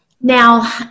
now